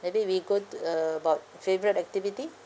maybe we go to about favourite activity